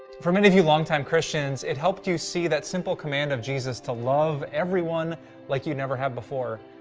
for many of you longtime christians, it helped you see that simple command of jesus to love everyone like you never have before.